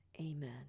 Amen